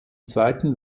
zweiten